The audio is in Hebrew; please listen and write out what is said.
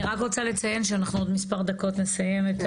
אני רק רוצה לציין שאנחנו עוד מספר דקות נסיים.